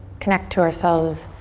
connect to ourselves